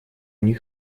них